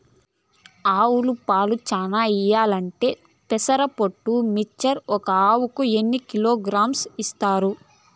ఆవులు పాలు చానా ఇయ్యాలంటే పెసర పొట్టు మిక్చర్ ఒక ఆవుకు ఎన్ని కిలోగ్రామ్స్ ఇస్తారు?